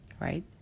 right